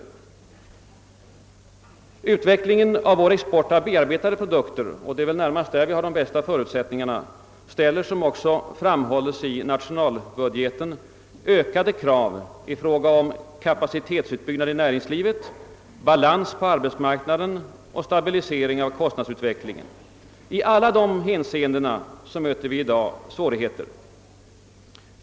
Utvecklingen av vår export av bearbetade produkter — det är väl närmast på detta område som vi har de bästa förutsättningarna — ställer, vilket också framhålles i nationalbudgeten, ökade krav i fråga om kapacitetsutbyggnad inom näringslivet, balans på arbetsmarknaden och stabilisering av kostnadsutvecklingen. I alla dessa hänseenden möter vi i dag svårigheter.